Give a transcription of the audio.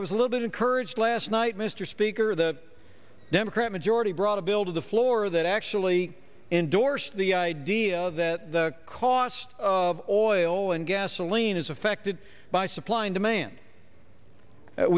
i was a little bit encouraged last night mr speaker the democrat majority brought a bill to the floor that actually endorsed the idea that the cost of oil and gasoline is affected by supply and demand